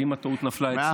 ואם הטעות נפלה אצלי,